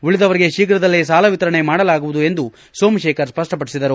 ಉಳಿದವರಿಗೆ ಶೀಘ್ರದಲ್ಲೇ ಸಾಲ ವಿತರಣೆ ಮಾಡಲಾಗುವುದು ಎಂದು ಸೋಮಶೇಖರ್ ಸ್ಪಷ್ಪಪಡಿಸಿದರು